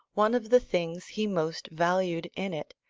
one of the things he most valued in it,